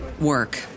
work